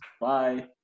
Bye